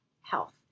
health